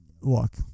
look